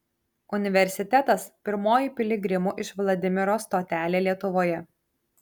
universitetas pirmoji piligrimų iš vladimiro stotelė lietuvoje